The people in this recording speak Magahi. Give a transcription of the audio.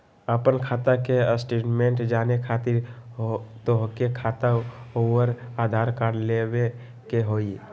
आपन खाता के स्टेटमेंट जाने खातिर तोहके खाता अऊर आधार कार्ड लबे के होइ?